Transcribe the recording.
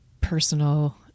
personal